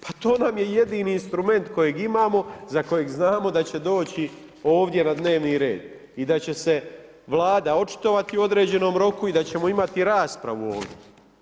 Pa to nam je jedini instrument kojeg imamo za kojeg znamo da će doći ovdje na dnevni red i da će Vlada očitovati u određenom roku i da ćemo imati raspravu ovdje.